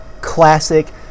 classic